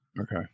Okay